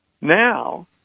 Now